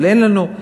אבל אין לנו,